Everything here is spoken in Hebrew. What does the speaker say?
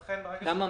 למה?